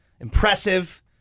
impressive